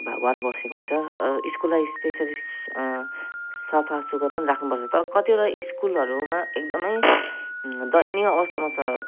भगवान बसेको हुन्छ स्कुललाई त्यसरी स् सफासुग्घर पनि राख्नुपर्छ तर कतिवटा स्कुलहरूमा एकदमै दयनीय अवस्थामा छ